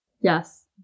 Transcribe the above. Yes